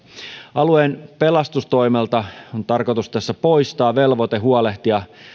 alueen pelastustoimelta on tarkoitus poistaa velvoite huolehtia